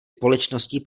společností